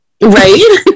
Right